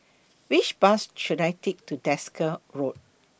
Which Bus should I Take to Desker Road